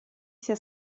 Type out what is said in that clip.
sia